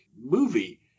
movie